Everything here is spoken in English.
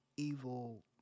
evil